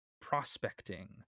prospecting